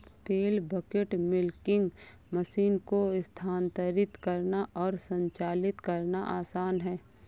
पेल bucket milking machine को स्थानांतरित करना और संचालित करना आसान है